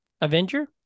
Avenger